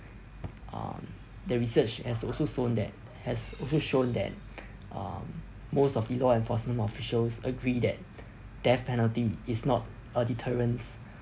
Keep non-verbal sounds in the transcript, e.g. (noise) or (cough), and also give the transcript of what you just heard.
um the research has also son~ that has also shown that (breath) um most of the law enforcement officials agree that (breath) death penalty is not a deterrence